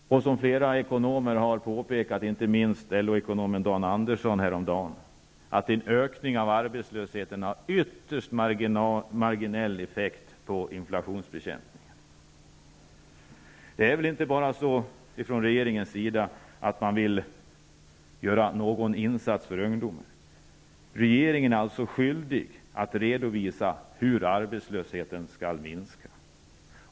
Flera ekonomer har påpekat, inte minst LO ekonomen Dan Andersson, att en ökning av arbetslösheten har ytterst marginell effekt på inflationsbekämpningen. Regeringen vill väl inte bara göra någon insats för ungdomarna? Regeringen är skyldig att redovisa hur arbetslösheten skall minska.